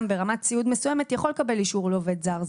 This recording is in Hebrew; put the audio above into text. ברמת סיעוד מסוימת יכול לקבל אישור לעובד זר,